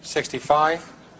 Sixty-five